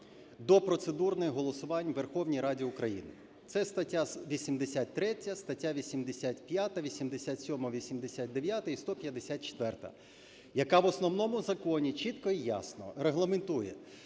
до процедурних голосувань у Верховній Раді України, це стаття 83, стаття 85, 87, 89 і 154, яка в Основному законі чітко і ясно регламентує,